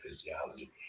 physiology